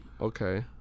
Okay